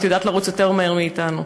את יודעת לרוץ יותר מהר מאתנו,